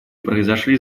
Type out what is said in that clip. произошли